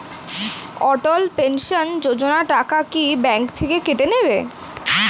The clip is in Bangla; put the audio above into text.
অটল পেনশন যোজনা টাকা কি ব্যাংক থেকে কেটে নেবে?